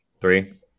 three